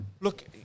look